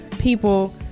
people